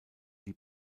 die